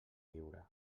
viure